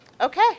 okay